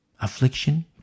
Affliction